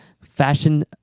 fashion